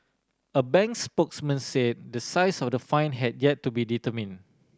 a bank spokesman say the size of the fine had yet to be determine